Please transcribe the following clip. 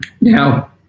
Now